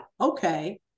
Okay